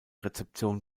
rezeption